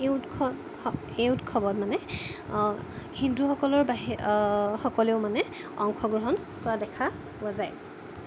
এই উৎসৱ এই উৎসৱত মানে হিন্দুসকলৰ বাহে সকলেও মানে অংশগ্ৰহণ কৰা দেখা পোৱা যায়